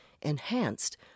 enhanced